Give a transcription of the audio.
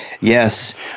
Yes